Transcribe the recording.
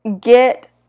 get